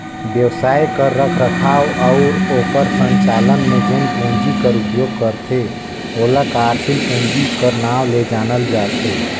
बेवसाय कर रखरखाव अउ ओकर संचालन में जेन पूंजी कर उपयोग करथे ओला कारसील पूंजी कर नांव ले जानल जाथे